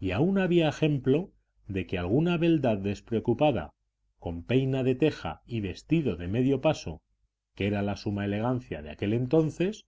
y aun había ejemplo de que alguna beldad despreocupada con peina de teja y vestido de medio paso que era la suma elegancia en aquel entonces